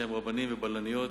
שהם רבנים ובלניות,